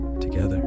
together